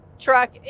truck